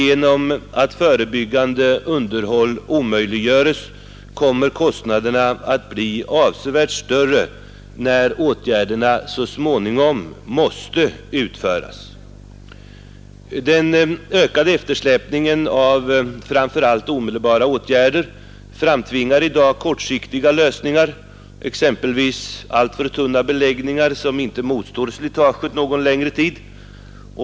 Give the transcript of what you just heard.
Genom att förebyggande underhåll omöjliggörs, kommer kostnaderna att bli avsevärt större när åtgärderna så småningom måste utföras. Den ökade eftersläpningen av framför allt omedelbara åtgärder framtvingar i dag kortsiktiga lösningar, exempelvis alltför tunna beläggningar som inte motstår slitaget någon längre tid.